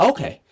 Okay